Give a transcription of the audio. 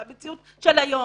במציאות של היום.